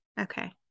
Okay